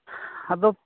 ᱟᱫᱚ